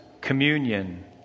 communion